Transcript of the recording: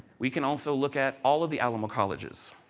we can also look at all of the alamo colleges,